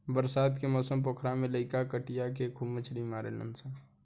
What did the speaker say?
बरसात के मौसम पोखरा में लईका कटिया से खूब मछली मारेलसन